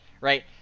right